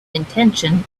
intention